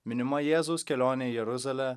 minima jėzaus kelionė į jeruzalę